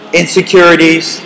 insecurities